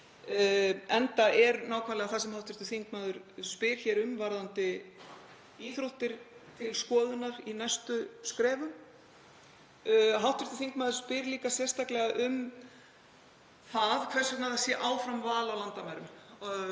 enda er nákvæmlega það sem hv. þingmaður spyr hér um varðandi íþróttir til skoðunar í næstu skrefum. Hv. þingmaður spyr líka sérstaklega um það hvers vegna áfram sé val um það á landamærum